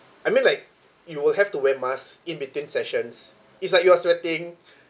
I mean like you will have to wear mask in between sessions it's like you are sweating